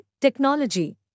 technology